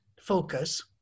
focus